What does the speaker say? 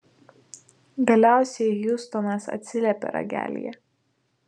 galiausiai hjustonas atsiliepė ragelyje